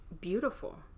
beautiful